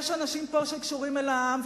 יש פה אנשים שקשורים אל העם,